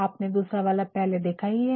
आपने दूसरा वाला पहले ही देखा है